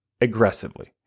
aggressively